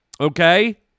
Okay